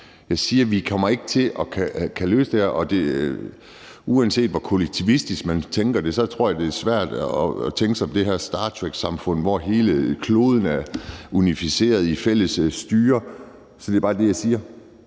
Jeg siger, vi kommer ikke til at kunne løse det her, for uanset hvor kollektivistisk man tænker det, tror jeg, det er svært at tænke sig til et Star Trek-samfund, hvor hele kloden er unificeret i et fælles styre. Det er bare det, jeg siger.